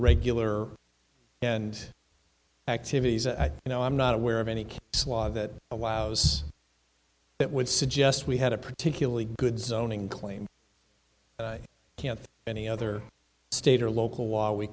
regular and activities i know i'm not aware of any slaw that allows that would suggest we had a particularly good zoning claim can't any other state or local law we